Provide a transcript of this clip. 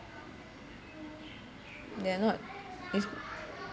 they're not it's